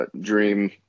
Dream